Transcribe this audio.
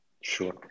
Sure